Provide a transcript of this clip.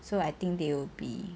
so I think they will be